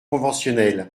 conventionnels